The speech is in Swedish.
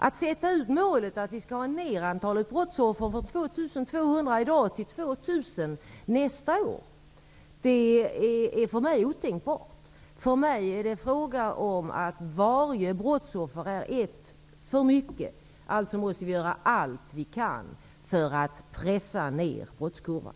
Att sätta upp målet att vi skall minska antalet brottsoffer från 2 200 i dag till 2 000 nästa år är för mig otänkbart. För mig är varje brottsoffer ett för mycket. Alltså måste vi göra allt vi kan för att pressa ner brottskurvan.